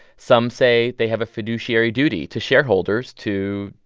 some say they have a fiduciary duty to shareholders to,